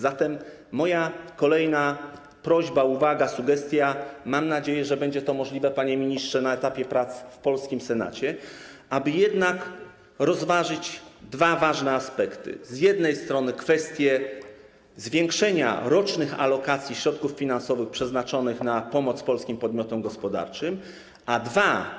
Zatem moja kolejna prośba, uwaga, sugestia - mam nadzieję, że będzie to możliwe, panie ministrze, na etapie prac w polskim Senacie - dotyczy tego, aby jednak rozważyć dwa ważne aspekty: z jednej strony kwestię zwiększenia rocznych alokacji środków finansowych przeznaczonych na pomoc polskim podmiotom gospodarczym, a z drugiej strony,